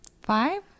five